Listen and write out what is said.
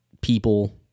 people